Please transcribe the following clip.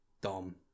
Dom